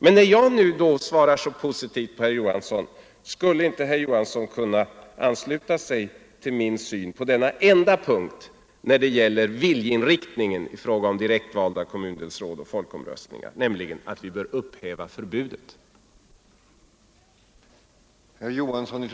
Men när jag nu svarar så positivt på herr Johanssons förslag, skulle då inte herr Johansson kunna ansluta sig till min syn på denna enda punkt, alltså när det gäller viljeinriktningen i fråga om direktvalda kommundelsråd och folkomröstningar, nämligen att vi bör upphäva förbudet?